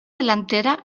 delantera